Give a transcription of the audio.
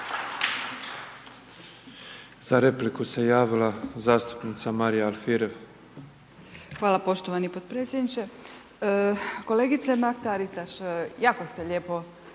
Za repliku se javila zastupnica Marija Alfirev. **Alfirev, Marija (SDP)** Hvala poštovani potpredsjedniče. Kolegice Mrak Taritaš, jako ste lijepo